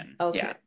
Okay